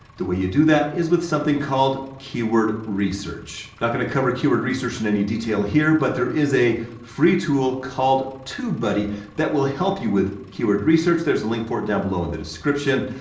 the way you do that is with something called keyword research. i'm not gonna cover keyword research in any detail here, but there is a free tool called tube buddy that will help you with keyword research, there's a link for it down below in the description.